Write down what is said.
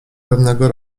pewnego